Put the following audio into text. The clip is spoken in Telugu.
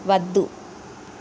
వద్దు